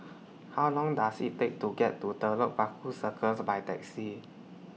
How Long Does IT Take to get to Telok Paku Circus By Taxi